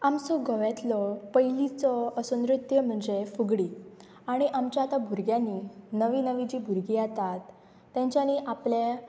आमचो गोव्यातलो पयलींचो असो नृत्य म्हणजे फुगडी आनी आमच्या आतां भुरग्यांनी नवी नवी जीं भुरगीं येतात तेंच्यानी आपले